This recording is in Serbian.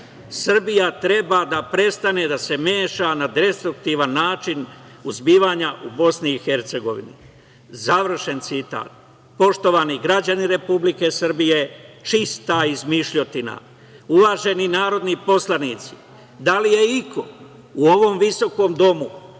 Srbija treba da prestane da se meša na destruktivan način u zbivanja u BiH, završen citat. Poštovani građani Republike Srbije, čista izmišljotina. Uvaženi narodni poslanici, da li je iko u ovom visokom domu